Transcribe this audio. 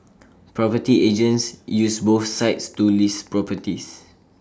property agents use both sites to list properties